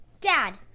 Dad